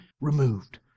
removed